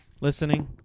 listening